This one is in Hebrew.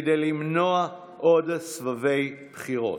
כדי למנוע עוד סבבי בחירות.